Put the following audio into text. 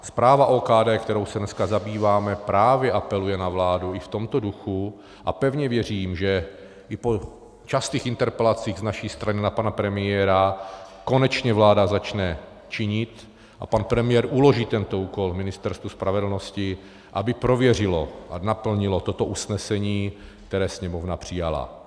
Zpráva OKD, kterou se dneska zabýváme, právě apeluje na vládu i v tomto duchu a pevně věřím, že i po častých interpelacích z naší strany na pana premiéra konečně vláda začne činit a pan premiér uloží tento úkol Ministerstvu spravedlnosti, aby prověřilo a naplnilo toto usnesení, které Sněmovna přijala.